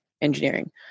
engineering